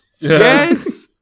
Yes